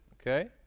okay